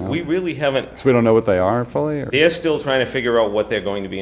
we really haven't we don't know what they are fully are still trying to figure out what they're going to be